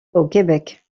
québec